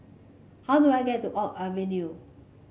how do I get to Oak Avenue